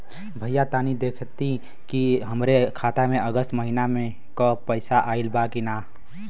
भईया तनि देखती की हमरे खाता मे अगस्त महीना में क पैसा आईल बा की ना?